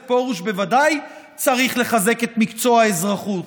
פרוש בוודאי צריך לחזק את מקצוע האזרחות,